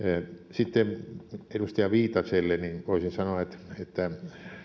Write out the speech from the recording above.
sitten edustaja viitaselle voisin sanoa että